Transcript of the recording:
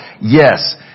Yes